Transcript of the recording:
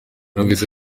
numvise